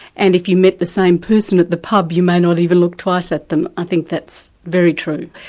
and if you met the same person at the pub, you may not even look twice at them. i think that's very true.